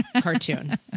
cartoon